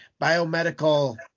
biomedical –